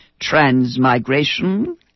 transmigration